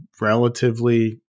relatively